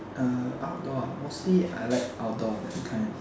uh outdoor mostly I like outdoor that kind